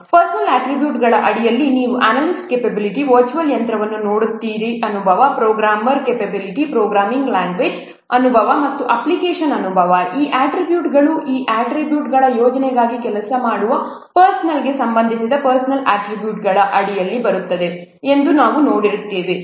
personnel ಅಟ್ರಿಬ್ಯೂಟ್ಗಳ ಅಡಿಯಲ್ಲಿ ನೀವು ಅನಾಲಿಸ್ಟ್ ಕ್ಯಾಪೆಬಿಲಿಟಿ ವರ್ಚುವಲ್ ಯಂತ್ರವನ್ನು ನೋಡುತ್ತೀರಿ ಅನುಭವ ಪ್ರೋಗ್ರಾಮರ್ ಕ್ಯಾಪೆಬಿಲಿಟಿ ಪ್ರೋಗ್ರಾಮಿಂಗ್ ಲ್ಯಾಂಗ್ವೇಜ್ ಅನುಭವ ಮತ್ತು ಅಪ್ಲಿಕೇಶನ್ ಅನುಭವ ಈ ಅಟ್ರಿಬ್ಯೂಟ್ಗಳು ಈ ಅಟ್ರಿಬ್ಯೂಟ್ಗಳು ಯೋಜನೆಗಾಗಿ ಕೆಲಸ ಮಾಡುವ ಪರ್ಸನ್ನೆಲ್ಗೆ ಸಂಬಂಧಿಸಿದ ಪರ್ಸನ್ನೆಲ್ ಅಟ್ರಿಬ್ಯೂಟ್ಗಳ ಅಡಿಯಲ್ಲಿ ಬರುತ್ತವೆ ಎಂದು ನೀವು ನೋಡುತ್ತೀರಿ